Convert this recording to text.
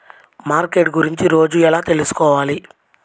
Market గురించి రోజు ఎలా తెలుసుకోవాలి?